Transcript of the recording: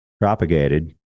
propagated